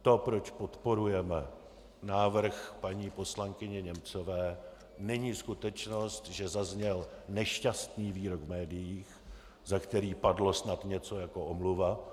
To, proč podporujeme návrh paní poslankyně Němcové, není skutečnost, že zazněl nešťastný výrok v médiích, za který padlo snad něco jako omluva.